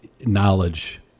knowledge